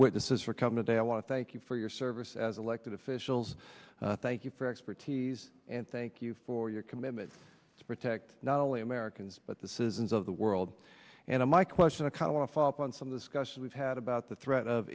witnesses for coming today i want to thank you for your service as elected officials thank you for expertise and thank you for your commitment to protect not only americans but the citizens of the world and my question akala follow up on some discussion we've had about the threat of